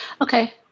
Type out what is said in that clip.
Okay